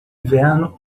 inverno